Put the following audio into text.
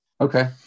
okay